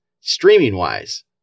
streaming-wise